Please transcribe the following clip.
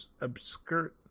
obscure